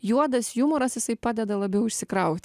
juodas jumoras jisai padeda labiau išsikrauti